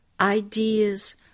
ideas